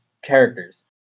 Characters